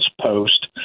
post